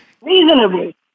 Reasonably